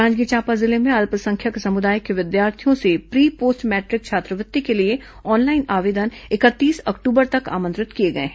जांजगीर चांपा जिले में अल्पसंख्यक समुदाय के विद्यार्थियों से प्री पोस्ट मैट्रिक छात्रवृत्ति के लिए ऑनलाइन आवेदन इकतीस अक्टूबर तक आमंत्रित किए गए हैं